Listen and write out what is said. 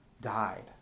died